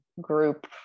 group